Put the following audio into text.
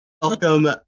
Welcome